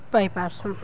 ପାଇପାର୍ସୁଁ